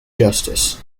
justice